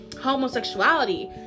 homosexuality